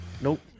Nope